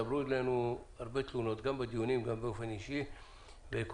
הצטברו אצלנו הרבה תלונות גם בדיונים וגם באופן אישי וכל